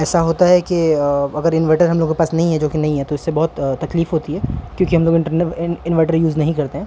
ایسا ہوتا ہے کہ اگر انورٹر ہم لوگوں کے پاس نہیں ہے جو کہ نہیں ہے تو اس سے بہت تکلیف ہوتی ہے کیونکہ ہم لوگ انٹرنو انورٹر یوز نہیں کرتے ہیں